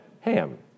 Ham